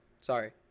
Sorry